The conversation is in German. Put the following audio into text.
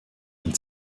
und